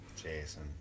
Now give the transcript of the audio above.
Jason